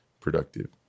productive